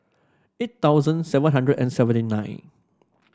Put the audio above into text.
eight thousand seven hundred and seventy nine